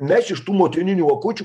mes iš tų motininių akučių